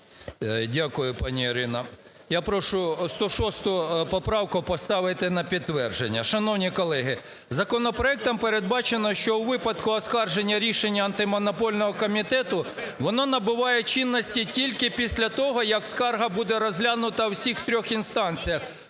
Дякую, пані Ірино. Я прошу 106 поправку поставити на підтвердження. Шановні колеги, законопроектом передбачено, що у випадку оскарження рішення Антимонопольного комітету воно набуває чинності тільки після того, як скарга буде розглянута у всіх трьох інстанціях,